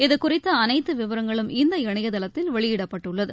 இதுகுறித்த அனைத்து விவரங்களும் அந்த இணையதளத்தில் வெளியிடப்பட்டுள்ளது